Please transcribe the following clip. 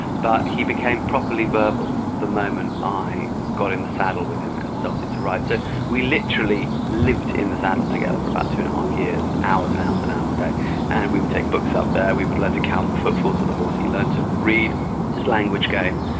but he became properly verbal the moment i got in the saddle with him and started to ride. so we literally lived in the saddle together for about two and a half years, hours and hours a day, and we would take books up there, we would learn to count the footfalls of the horse. he learnt to read his language game,